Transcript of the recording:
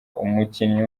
umukinnyi